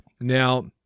now